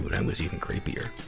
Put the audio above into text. but um was even creepier.